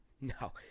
No